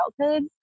childhood